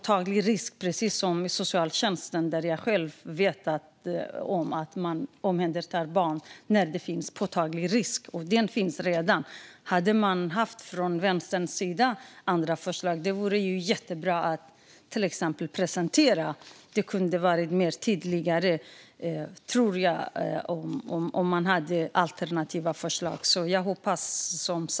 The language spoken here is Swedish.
Det är precis som i socialtjänsten, där jag vet att man omhändertar barn när det finns påtaglig risk. Detta finns redan. Hade man från Vänsterns sida haft andra förslag hade det varit jättebra att till exempel presentera dem. Det skulle vara mer tydligt, tror jag, om man hade haft alternativa förslag.